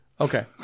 Okay